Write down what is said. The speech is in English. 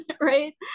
right